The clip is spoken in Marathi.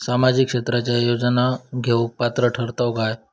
सामाजिक क्षेत्राच्या योजना घेवुक पात्र ठरतव काय?